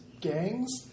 gangs